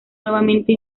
nuevamente